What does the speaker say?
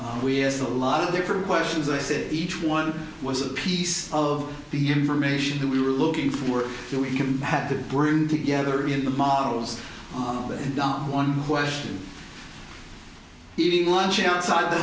ok we as a lot of different questions i said each one was a piece of the information that we were looking for were we can have to bring together in the models on the down one question eating lunch outside the